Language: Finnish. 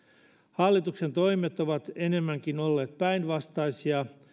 hallituksen toimet ovat enemmänkin olleet päinvastaisia